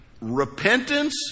Repentance